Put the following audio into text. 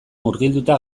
murgilduta